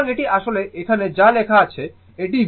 সুতরাং এটি আসলে এখানে যা লেখা হয়েছে